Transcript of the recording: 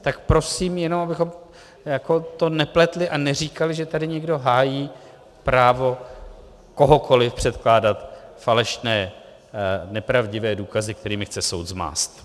Tak prosím, jenom abychom to nepletli a neříkali, že tady někdo hájí právo kohokoliv předkládat falešné, nepravdivé důkazy, kterými chce soud zmást.